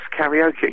karaoke